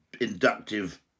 inductive